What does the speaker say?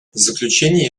заключение